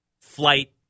flight